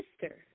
sister